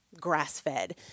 grass-fed